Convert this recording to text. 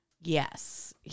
Yes